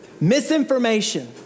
Misinformation